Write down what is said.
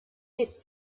hit